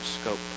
scope